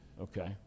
Okay